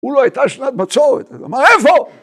‫הוא לא הייתה שנת בצורת, ‫אז אמר, איפה?